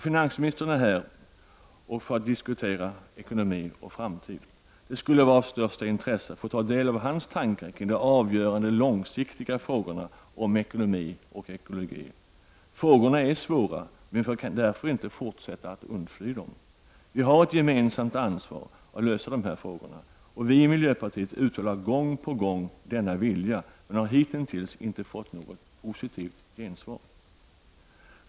Finansministern var här i kammaren för att diskutera ekonomi och framtid. Det skulle vara av största intresse att få ta del av hans tankar kring de avgörande långsiktiga frågorna om ekonomi och ekologi. Frågorna är svåra. Men vi kan därför inte fortsätta att undfly dem. Vi har ett gemensamt ansvar att lösa dessa frågor. Vi i miljöpartiet har gång på gång uttalat denna vilja, men vi har hitintills inte fått något positivt gensvar.